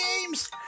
games